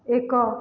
ଏକ